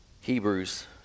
Hebrews